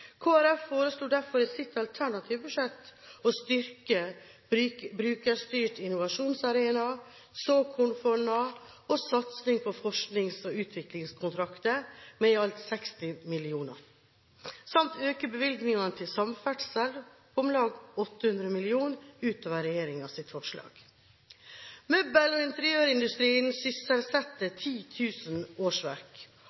foreslo derfor i sitt alternative budsjett å styrke Brukerstyrt innovasjonsarena og såkornfondene og å satse på forsknings- og utviklingskontrakter med i alt 60 mill. kr samt øke bevilgningene til samferdsel med om lag 800 mill. kr utover regjeringens forslag. Møbel- og interiørindustrien